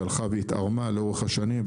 שהלכה ונערמה לאורך השנים,